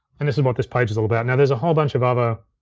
and this is what this page is all about. now there's a whole bunch of other,